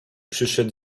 przyszedł